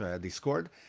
Discord